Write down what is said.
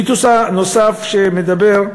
המיתוס הנוסף אומר: